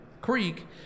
creek